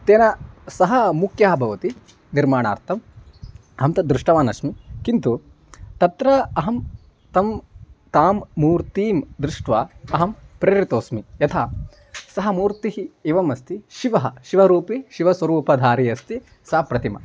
तेन सह मुख्यः भवति निर्माणार्थम् अहं तद् दृष्टवान् अस्मि किन्तु तत्र अहं तां ताम् मूर्तिं दृष्ट्वा अहं प्रेरितोऽस्मि यथा सा मूर्तिः एवम् अस्ति शिवः शिवरूपी शिवस्वरूपधारी अस्ति सा प्रतिमा